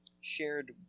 shared